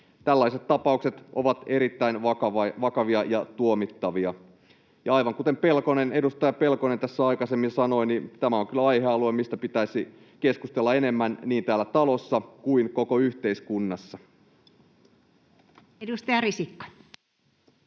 Tällaiset tapaukset ovat erittäin vakavia ja tuomittavia, ja aivan kuten edustaja Pelkonen tässä aikaisemmin sanoi, niin tämä on kyllä aihealue, mistä pitäisi keskustella enemmän niin täällä talossa kuin koko yhteiskunnassa. Edustaja Risikko.